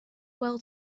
well